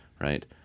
Right